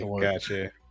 Gotcha